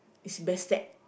is respect